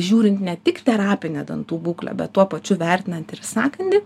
žiūrint ne tik terapinę dantų būklę bet tuo pačiu vertinant ir sąkandį